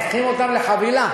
הופכים אותם לחבילה.